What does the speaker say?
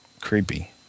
creepy